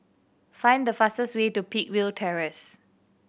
find the fastest way to Peakville Terrace